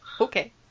Okay